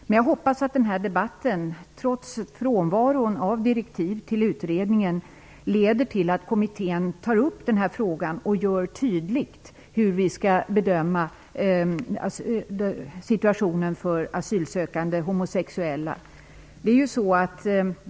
Men jag hoppas att denna debatt, trots frånvaron av direktiv till utredningen, leder till att kommittén tar upp denna fråga och tydliggör hur vi skall bedöma situationen för homosexuella asylsökande.